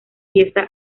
pieza